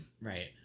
right